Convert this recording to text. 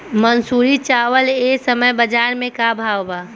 मंसूरी चावल एह समय बजार में का भाव बा?